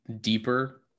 deeper